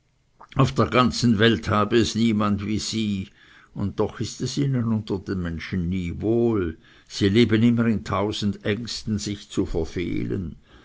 auf der ganzen welt habe es niemand wie sie und doch ist es ihnen unter den menschen nie wohl sie leben immer in tausend ängsten sich zu verfehlen